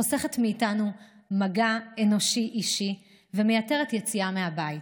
חוסכת מאיתנו מגע אנושי-אישי ומייתרת יציאה מהבית.